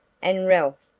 and ralph,